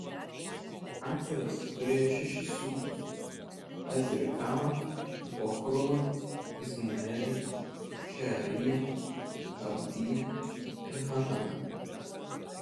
acelis turėjo šešis sūnus azrikamą bochruvą izmaelį šeariją abdiją ir hananą